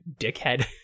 dickhead